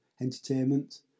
entertainment